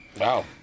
Wow